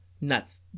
Nuts